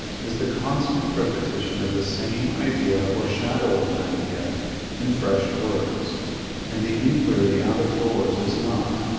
is the constant repetition of the same idea or shadow of an idea in fresh words and the inquiry out of doors is not,